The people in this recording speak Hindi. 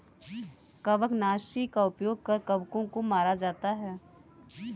कवकनाशी का उपयोग कर कवकों को मारा जाता है